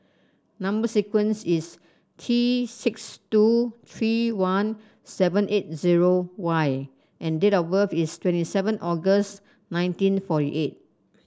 number sequence is T six two three one seven eight zero Y and date of birth is twenty seven August nineteen forty eight